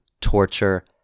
torture